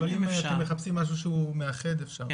אבל אם אתם מחפשים משהו שהוא מאחד אז אפשר.